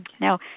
Now